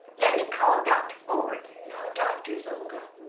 let me call dr. ford no doctors olga